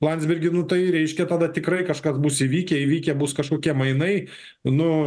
landsbergį nu tai reiškia tada tikrai kažkas bus įvykę įvykę bus kažkokie mainai nu